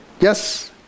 Yes